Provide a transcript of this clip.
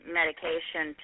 medication